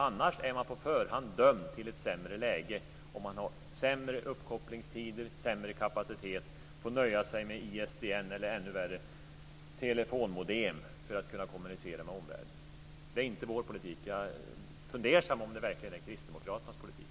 Annars är man på förhand dömd till ett sämre läge, och man har sämre uppkopplingstider, sämre kapacitet och får nöja sig med ISDN eller, ännu värre, telefonmodem, för att kunna kommunicera med omvärlden. Det är inte vår politik. Jag är fundersam om det verkligen är Kristdemokraternas politik.